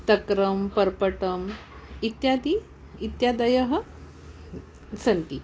तक्रं पर्पटम् इत्यादयः इत्यादयः सन्ति